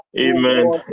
Amen